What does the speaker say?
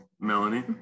Melanie